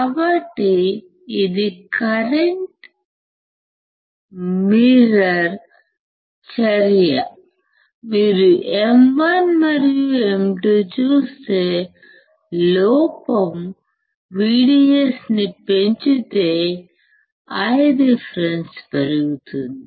కాబట్టి ఇది current mirror చర్య మీరు M1 మరియు M2 చూస్తే లోపం VDS ని పెంచుతే Ireference పెరుగుతుంది